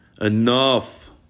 Enough